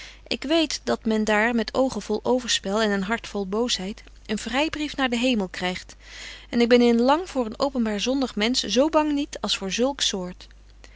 ik weet dat men daar met oogen vol overspel en een hart vol boosheid een vrybrief naar den hemel krygt en betje wolff en aagje deken historie van mejuffrouw sara burgerhart ik ben in lang voor een openbaar zondig mensch zo bang niet als voor zulk soort